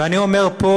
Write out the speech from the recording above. ואני אומר פה: